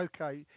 okay